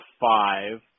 five